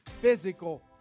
physical